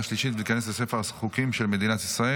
השלישית ותיכנס לספר החוקים של מדינת ישראל.